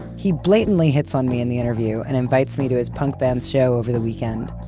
he blatantly hits on me in the interview and invites me to his punk band's show over the weekend.